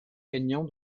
gagnant